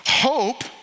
Hope